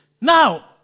Now